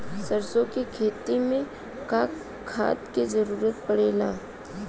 सरसो के खेती में का खाद क जरूरत पड़ेला?